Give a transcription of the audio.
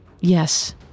Yes